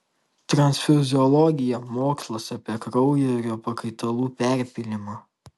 transfuziologija mokslas apie kraujo ir jo pakaitalų perpylimą